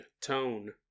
tone